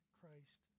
Christ